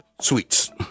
sweets